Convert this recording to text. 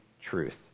truth